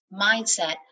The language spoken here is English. mindset